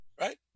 Right